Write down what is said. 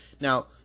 Now